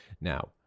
Now